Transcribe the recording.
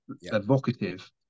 evocative